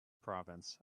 province